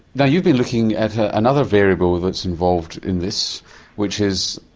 now you've been looking at another variable that's involved in this which is,